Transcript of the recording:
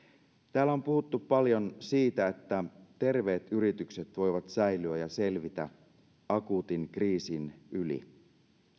täällä on puhuttu paljon siitä että terveet yritykset voivat säilyä ja selvitä akuutin kriisin yli